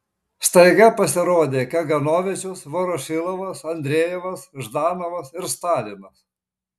staiga pasirodė kaganovičius vorošilovas andrejevas ždanovas ir stalinas